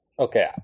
Okay